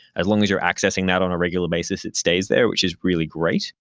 as long as you're accessing that on a regular basis, it stays there, which is really great.